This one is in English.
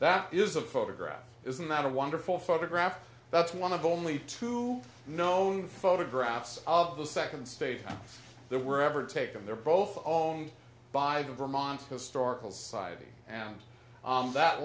that is a photograph isn't that a wonderful photograph that's one of only two known photographs of the second stage they were ever taken they're both owned by the vermont historical society and that